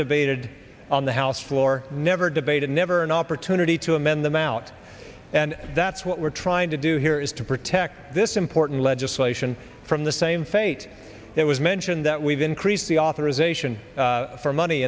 debated on the house floor never debated never an opportunity to amend them out and that's what we're trying to do here is to protect this important legislation from the same fate that was mentioned that we've increased the authorization for money